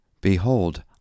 Behold